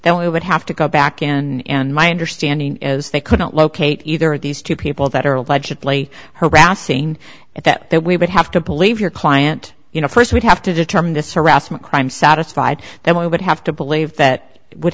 that we would have to go back in and my understanding is they couldn't locate either of these two people that are allegedly harassing at that that we would have to believe your client you know first would have to determine this harassment crime satisfied that we would have to believe that would